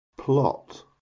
plot